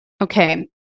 Okay